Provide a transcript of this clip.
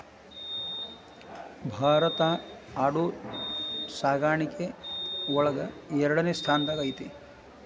ಭಾರತಾ ಆಡು ಸಾಕಾಣಿಕೆ ಒಳಗ ಎರಡನೆ ಸ್ತಾನದಾಗ ಐತಿ